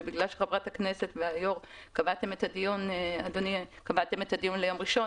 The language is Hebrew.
ובגלל שחברת הכנסת והיושב-ראש קבעתם את הדיון ליום ראשון